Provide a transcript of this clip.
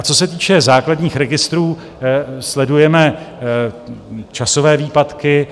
Co se týče základních registrů, sledujeme časové výpadky.